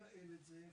לייעל את זה,